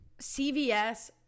CVS